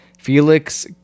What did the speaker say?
Felix